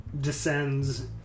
descends